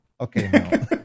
Okay